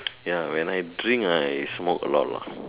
ya when I drink I smoke alot lah